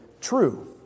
true